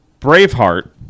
Braveheart